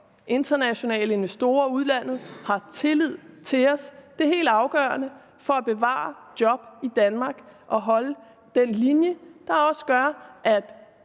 internationale investorer og udlandet har tillid til os. Det er helt afgørende for at bevare job i Danmark at holde den linje, og den gør også, at